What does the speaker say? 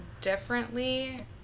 differently